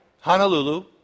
Honolulu